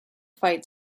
fight